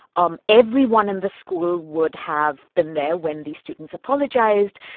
um everyone in the school would have been there when these students apologized.